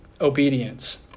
obedience